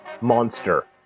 monster